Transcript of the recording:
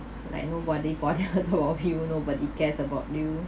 like nobody bothers of you nobody cares about you